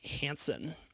Hansen